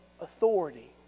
authority